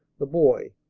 the boy,